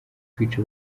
kwica